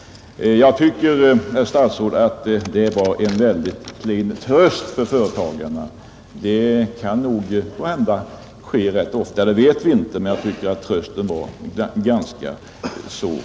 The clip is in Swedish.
Jag tycker, herr statsråd, att det var klen tröst för företagarna. Sådana straff kan måhända förekomma rätt ofta, Hur ofta vet vi inte, och jag tycker därför att trösten var rätt liten.